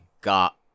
got